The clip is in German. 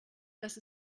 das